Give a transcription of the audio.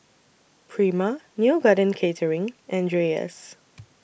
Prima Neo Garden Catering and Dreyers